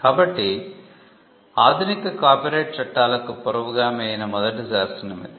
కాబట్టి ఆధునిక కాపీరైట్ చట్టాలకు పూర్వగామి అయిన మొదటి శాసనం ఇది